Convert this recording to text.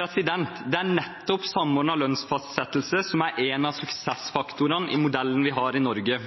Det er nettopp samordnet lønnsfastsettelse som er en av suksessfaktorene i modellen vi har i Norge.